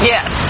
Yes